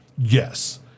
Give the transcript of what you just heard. Yes